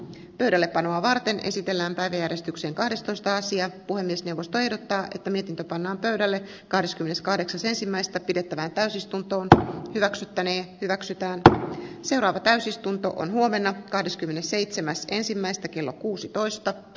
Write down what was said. pöydällepanoa varten esitellään taideyhdistyksen kahdestoista sija puhemiesneuvosto ehdottaa että mikä pannaan pöydälle kahdeskymmeneskahdeksas ensimmäistä pidettävään täysistuntoon ja hyväksyttäneen hyväksytään seuraava täysistuntoon huomenna kahdeskymmenesseitsemäs ensimmäistä kello kuusitoista p